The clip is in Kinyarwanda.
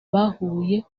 bahuriye